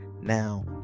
now